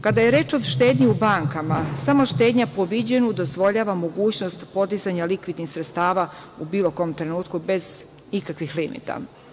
Kada je reč o štednji u bankama, samo štednja po viđenju dozvoljava mogućnost podizanja likvidnih sredstava u bilo kom trenutku bez ikakvih limita.